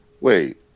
wait